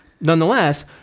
Nonetheless